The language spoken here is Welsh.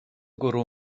gwrw